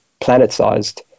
planet-sized